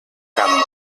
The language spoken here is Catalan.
camp